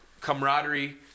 camaraderie